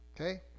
Okay